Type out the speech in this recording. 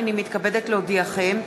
הנני מתכבדת להודיעכם,